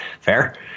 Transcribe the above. Fair